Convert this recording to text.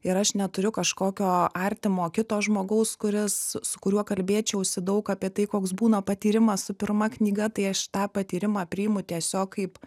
ir aš neturiu kažkokio artimo kito žmogaus kuris su kuriuo kalbėčiausi daug apie tai koks būna patyrimas su pirma knyga tai aš tą patyrimą priimu tiesiog kaip